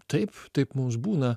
taip taip mums būna